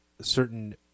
certain